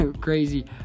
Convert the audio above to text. crazy